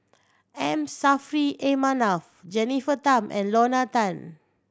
M Saffri A Manaf Jennifer Tham and Lorna Tan